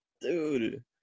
dude